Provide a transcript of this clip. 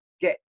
get